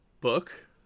book